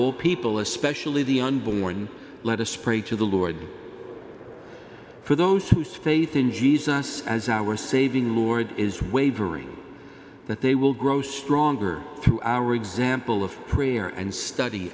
all people especially the unborn let us pray to the lord for those whose faith in jesus as our saving lord is wavering that they will grow stronger through our example of prayer and study